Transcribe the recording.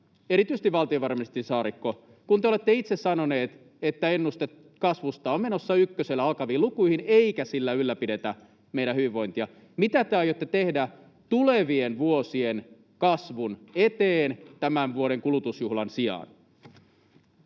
erityisesti valtiovarainministeri Saarikko, kun te olette itse sanonut, että ennuste kasvusta on menossa ykkösellä alkaviin lukuihin eikä sillä ylläpidetä meidän hyvinvointia: mitä te aiotte tehdä tulevien vuosien kasvun eteen tämän vuoden kulutusjuhlan sijaan?